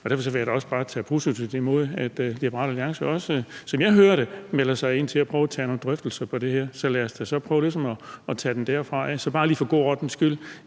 Derfor vil jeg da også bare tage positivt imod, at Liberal Alliance også, som jeg hører det, melder sig til at prøve at tage nogle drøftelser om det her. Så lad os da prøve ligesom at tage den derfra. Altså, bare lige for god ordens skyld